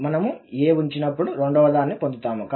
మనము a ఉంచినప్పుడు రెండవదాన్ని పొందుతాము